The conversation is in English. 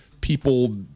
people